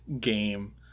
game